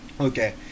Okay